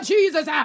Jesus